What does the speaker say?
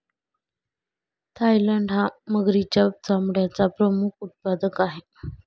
Thailand हा मगरीच्या चामड्याचा प्रमुख उत्पादक आहे